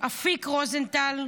אפיק רוזנטל,